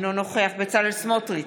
אינו נוכח בצלאל סמוטריץ'